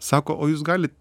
sako o jūs galit